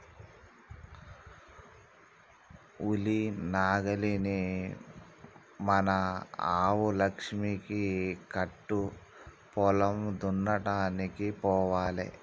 ఉలి నాగలిని మన ఆవు లక్ష్మికి కట్టు పొలం దున్నడానికి పోవాలే